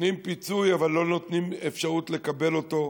נותנים פיצוי אבל לא נותנים אפשרות לקבל אותו,